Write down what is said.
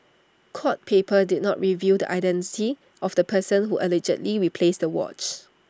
court papers did not reveal the identity of the person who allegedly replaced the watch